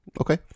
Okay